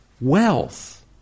wealth